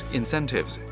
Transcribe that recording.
incentives